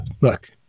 look